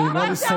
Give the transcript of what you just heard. מה אתה אומר?